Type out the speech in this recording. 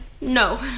no